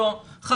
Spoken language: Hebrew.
אז לא חרטהבונה.